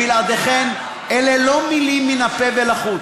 בלעדיכן, אלה לא מילים מן הפה ולחוץ,